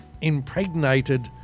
impregnated